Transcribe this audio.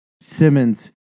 Simmons